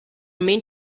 main